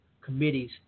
committees